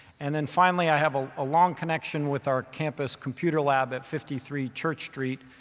and then finally, i have a long connection with our campus computer lab at fifty three church street.